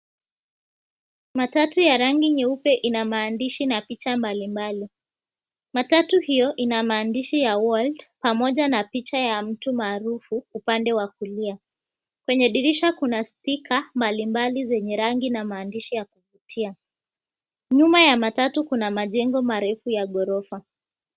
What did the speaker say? Matatu ya rangi nyeupe ina maandishi na picha mbalimbali. Matatu hio ina maandishi ya world pamoja na picha ya mtu maarufu upande wa kulia. Kwenye dirisha kuna spika mbalimbali zenye rangi na maandishi ya kuvutia. Nyuma ya matatu kuna majengo marefu ya ghorofa.